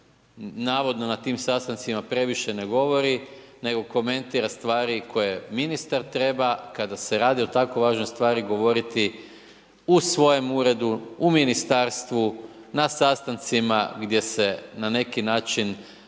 navodno na tim sastancima previše ne govori nego komentira stvari koje ministar treba kad se radi o takvo važnoj stvari govoriti u svojem uredu, u ministarstvu, na sastancima gdje se na neki način